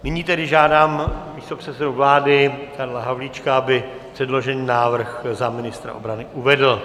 Nyní tedy žádám místopředsedu vlády Karla Havlíčka, aby předložený návrh za ministra obrany uvedl.